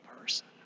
person